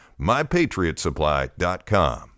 MyPatriotsupply.com